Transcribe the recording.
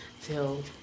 till